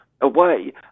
away